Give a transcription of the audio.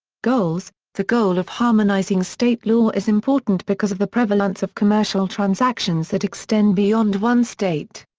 goals the goal of harmonizing state law is important because of the prevalence of commercial transactions that extend beyond one state.